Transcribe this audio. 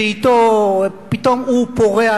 וכל פעם יש ארגון חדש שאתו,